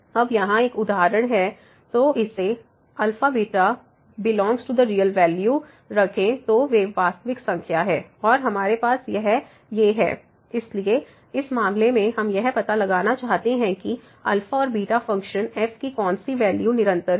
अब यहां एक उदाहरण है तो इसे αβ∈R दें तो वे वास्तविक संख्या हैं और हमारे पास यह fxtan x βsin x x3x≠0 1x0 इसलिए इस मामले में हम यह पता लगाना चाहते हैं कि और फ़ंक्शन f की कौन सी वैल्यू निरंतर हैं